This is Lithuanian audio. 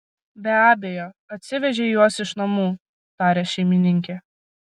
be abejo atsivežei juos iš namų taria šeimininkė